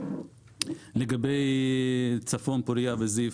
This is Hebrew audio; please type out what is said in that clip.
לגבי צפון, פוריה וזיו,